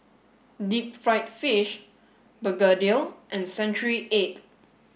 deep fried fish Begedil and century egg